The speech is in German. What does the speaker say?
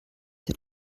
der